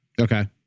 Okay